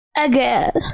again